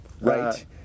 Right